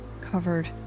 covered